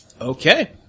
Okay